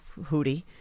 hootie